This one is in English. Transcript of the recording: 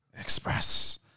Express